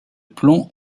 plomb